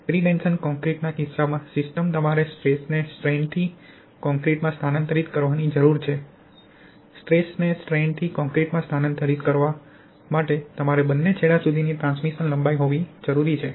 પ્રીટેશન કોંક્રિટના કિસ્સામાં સિસ્ટમ તમારે સ્ટ્રેસને સ્ટ્રેન્ડ થી કોંક્રિટમાં સ્થાનાંતરિત કરવાની જરૂર છે સ્ટ્રેસને સ્ટ્રેન્ડ થી કોંક્રિટમાં સ્થાનાંતરિત કરવા માટે તમારે બંને છેડા સુધીની ટ્રાન્સમિશન લંબાઈ હોવી જરૂરી છે